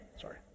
sorry